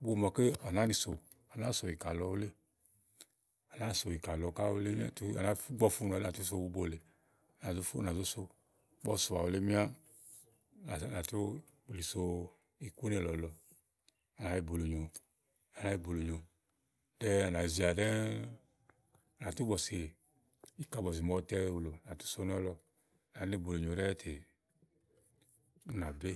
bubo màaké à nàáa nì sò à nàáa sò ìkà lɔ wulé, à nàáa sò ìkà lɔ ká wulé úni à nà tú à nàígbɔ ɔwɔ funù wulé úni à tú so bubo lèe ú nà zó fu à nà zó sò. Ígbɔ ɔwɔ sòà wulé míá ása à nà tú yili so ikúnè lɔlɔ. Úni à nàá yi bùulùnyo úni, à nàá yi bùulùnyo ɖɛ́ɛ́ à nà yizeà ɖɛ́ɛ à nà tú tú bɔ̀sì, ìkàbɔ̀sì màa ɔwɔ tɛ wùlò àtu so nɔ̀lɔ à nàá ni bùulùnyo ɖɛ́ɛ tè ú nà bé.